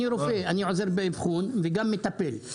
אני רופא - אני עוזר באבחון וגם מטפל,